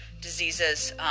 diseases